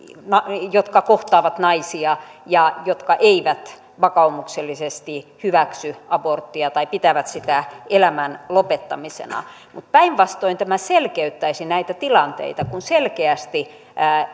jotka kohtaavat naisia ja jotka eivät vakaumuksellisesti hyväksy aborttia tai pitävät sitä elämän lopettamisena mutta päinvastoin tämä selkeyttäisi näitä tilanteita kun selkeästi